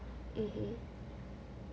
mmhmm